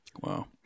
Wow